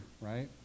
right